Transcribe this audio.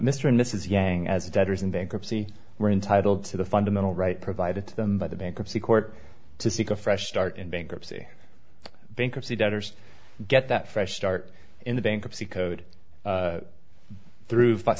mr and mrs yang as debtors in bankruptcy were entitled to the fundamental right provided to them by the bankruptcy court to seek a fresh start in bankruptcy bankruptcy debtors get that fresh start in the bankruptcy code through f